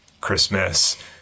Christmas